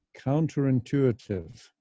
counterintuitive